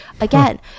Again